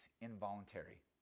involuntary